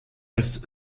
als